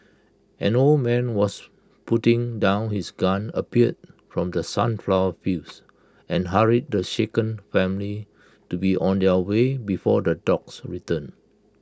an old man who was putting down his gun appeared from the sunflower fields and hurried the shaken family to be on their way before the dogs return